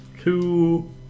two